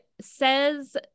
says